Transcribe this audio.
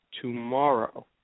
tomorrow